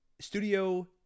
studio